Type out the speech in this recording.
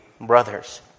brothers